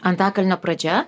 antakalnio pradžia